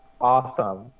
Awesome